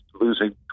losing